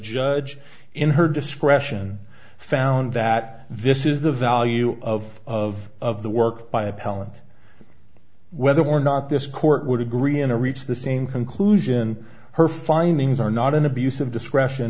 judge in her discretion found that this is the value of of of the work by appellant whether or not this court would agree in a reached the same conclusion her findings are not an abuse of discretion